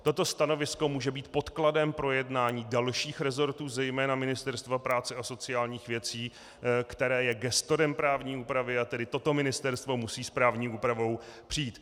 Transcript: Toto stanovisko může být podkladem pro jednání dalších resortů, zejména Ministerstva práce a sociálních věcí, které je gestorem právní úpravy, a tedy toto ministerstvo musí s právní úpravou přijít.